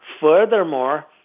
Furthermore